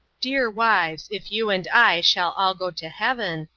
dear wives if you and i shall all go to heaven,